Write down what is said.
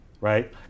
right